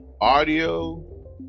audio